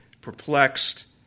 perplexed